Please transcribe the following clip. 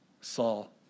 Saul